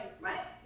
right